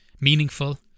meaningful